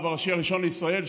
הרב הראשי הראשון לישראל,